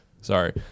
Sorry